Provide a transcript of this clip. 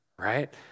right